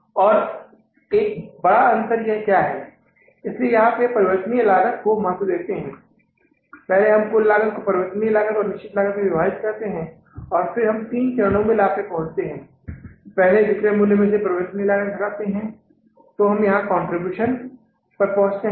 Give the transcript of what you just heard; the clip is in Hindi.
और एक बड़ा अंतर क्या है इसलिए यहां हम परिवर्तनीय लागत को महत्व देते हैं पहले हम कुल लागत को परिवर्तनीय और निश्चित लागत में विभाजित करते हैं और फिर हम तीन चरणों में लाभ पर पहुंचते हैं पहले विक्रय मूल्य में से परिवर्तनीय लागत घटाते है तो हम यहां कंट्रीब्यूशन तक पहुंचते हैं